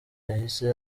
yahise